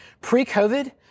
Pre-COVID